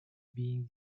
being